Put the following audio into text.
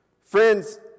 Friends